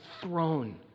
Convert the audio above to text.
throne